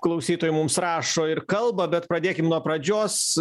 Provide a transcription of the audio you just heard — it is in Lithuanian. klausytojų mums rašo ir kalba bet pradėkim nuo pradžios